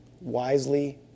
wisely